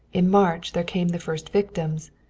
in march there came the first victims,